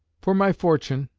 for my fortune,